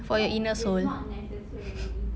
for your inner soul